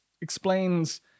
explains